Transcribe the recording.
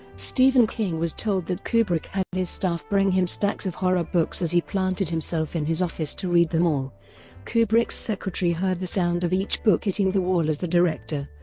stephen king was told that kubrick had and his staff bring him stacks of horror books as he planted himself in his office to read them all kubrick's secretary heard the sound of each book hitting the wall as the director